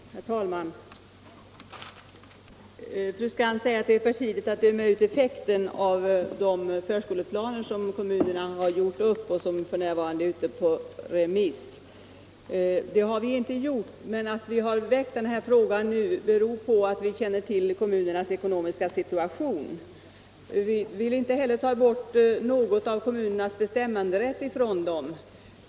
Herr talman! Fru Skantz säger att det är för tidigt att döma ut effekten av de förskoleplaner som kommunerna har gjort upp och som f.n. är ute på remiss. Det har vi inte heller gjort. Att vi har väckt denna fråga nu beror på att vi känner till kommunernas ekonomiska situation. Vi vill inte heller ta ifrån kommunerna någon bestämmanderätt.